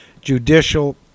judicial